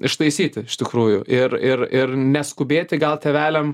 ištaisyti iš tikrųjų ir ir ir neskubėti gal tėveliam